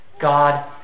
God